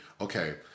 Okay